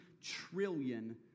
trillion